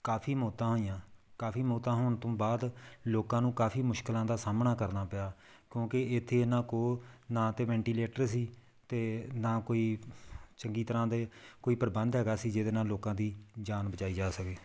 ਕਾਫ਼ੀ ਮੌਤਾਂ ਹੋਈਆਂ ਕਾਫ਼ੀ ਮੌਤਾਂ ਹੋਣ ਤੋਂ ਬਾਅਦ ਲੋਕਾਂ ਨੂੰ ਕਾਫ਼ੀ ਮੁਸ਼ਕਿਲਾਂ ਦਾ ਸਾਹਮਣਾ ਕਰਨਾ ਪਿਆ ਕਿਉਂਕਿ ਇੱਥੇ ਇਹਨਾਂ ਕੋਲ ਨਾ ਤਾਂ ਵੈਂਟੀਲੇਟਰ ਸੀ ਅਤੇ ਨਾ ਕੋਈ ਚੰਗੀ ਤਰ੍ਹਾਂ ਦੇ ਕੋਈ ਪ੍ਰਬੰਧ ਹੈਗਾ ਸੀ ਜਿਹਦੇ ਨਾਲ ਲੋਕਾਂ ਦੀ ਜਾਨ ਬਚਾਈ ਜਾ ਸਕੇ